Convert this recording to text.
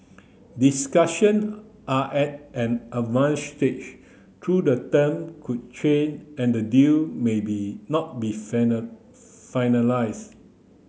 discussion are at an advanced stage though the term could change and the deal maybe not be finalise